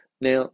Now